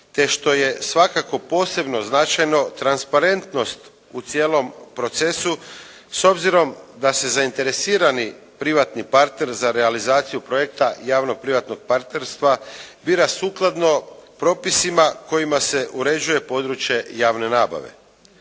te što je svakako posebno značajno transparentnost u cijelom procesu s obzirom da se zainteresirani privatni partner za realizaciju projekta javno-privatnog partnerstva bira sukladno propisima kojima se uređuje područje javne nabave.